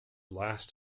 last